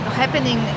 happening